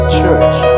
church